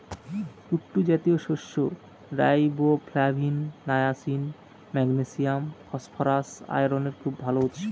কুট্টু জাতীয় শস্য riboflavin, niacin, magnesium, phosphorus, আয়রনের খুব ভাল উৎস